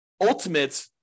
ultimate